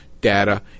data